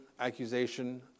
accusation